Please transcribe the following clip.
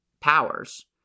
powers